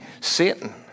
Satan